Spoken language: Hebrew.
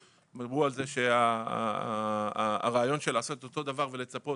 דיברו על זה שהרעיון של לעשות אותו דבר ולצפות